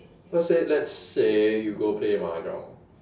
cause say let's say you go play mahjong